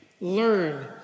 learn